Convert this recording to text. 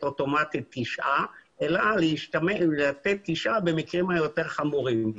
אוטומטית תשעה חודשים אלא לתת תשעה במקרים היותר חמורים.